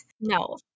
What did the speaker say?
no